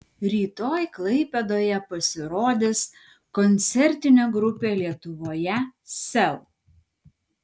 rytoj klaipėdoje pasirodys koncertinė grupė lietuvoje sel